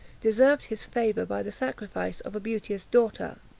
deserved his favor by the sacrifice of a beauteous daughter.